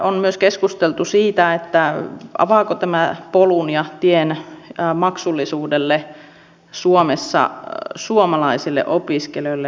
on myös keskusteltu siitä avaako tämä polun ja tien maksullisuudelle suomessa suomalaisille opiskelijoille